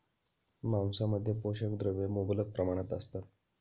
मांसामध्ये पोषक द्रव्ये मुबलक प्रमाणात असतात